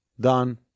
Done